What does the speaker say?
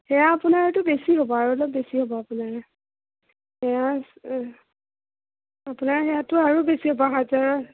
সেয়া আপোনাৰতো বেছি হ'ব আৰু অলপ বেছি হ'ব আপোনাৰ সেয়া আপোনাৰ সেয়াটো আৰু বেছি হ'ব হাজাৰ